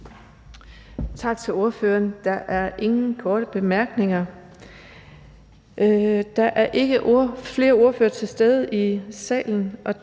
Tak til ordføreren. Der er ingen korte bemærkninger. Der er ikke flere ordførere til stede i salen,